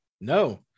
No